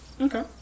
Okay